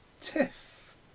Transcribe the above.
Tiff